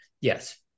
yes